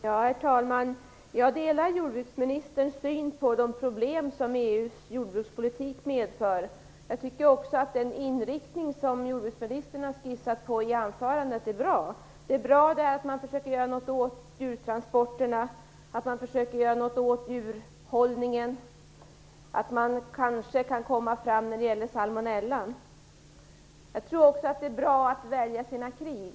Herr talman! Jag delar jordbruksministerns uppfattning när det gäller de problem som EU:s jordbrukspolitik medför. Vidare tycker jag att den inriktning som jordbruksministern i sitt anförande har skissat på är bra. Det är bra att man försöker göra något åt djurtransporterna och djurhållningen och att man kanske kan komma fram när det gäller salmonellan. Jag tror också att det är bra att välja sina "krig".